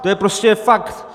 To je prostě fakt.